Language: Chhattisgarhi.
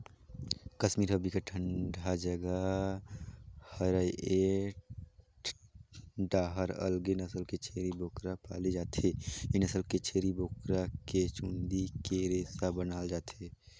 कस्मीर ह बिकट ठंडा जघा हरय ए डाहर अलगे नसल के छेरी बोकरा पाले जाथे, ए नसल के छेरी बोकरा के चूंदी के रेसा बनाल जाथे